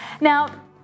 Now